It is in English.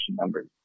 numbers